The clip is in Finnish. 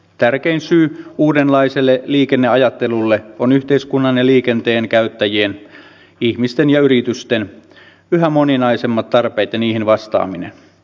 tärkein syy uudenlaiselle liikenneajattelulle on yhteiskunnan ja liikenteen käyttäjien ihmisten ja yritysten yhä moninaisemmat tarpeet ja niihin vastaaminen